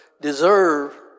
deserve